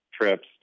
trips